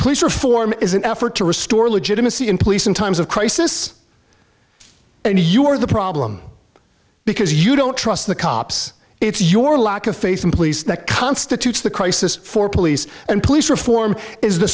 police reform is an effort to restore legitimacy in police in times of crisis and you are the problem because you don't trust the cops it's your lack of free from police that constitutes the crisis for police and police reform is